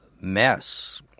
mess